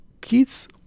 kids